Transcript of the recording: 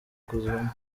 kuzamo